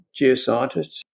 geoscientists